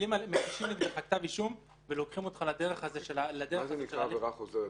מגישים נגדך כתב אישום ולוקחים אותך --- מה זה נקרא עבירה חוזרת?